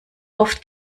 oft